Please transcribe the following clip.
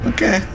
Okay